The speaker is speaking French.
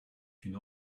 une